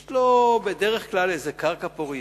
יש לו בדרך כלל קרקע פורייה.